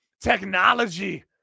technology